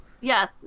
Yes